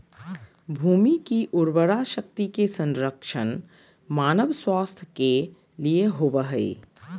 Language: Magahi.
भूमि की उर्वरा शक्ति के संरक्षण मानव स्वास्थ्य के लिए होबो हइ